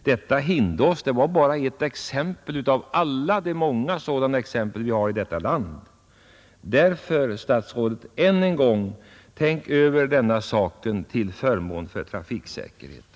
Detta med Hindås är bara ett exempel av alla de många som vi har i detta land. Därför, herr statsråd, tänk än en gång över denna sak till förmån för trafiksäkerheten.